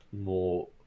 more